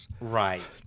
Right